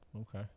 Okay